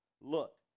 look